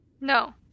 No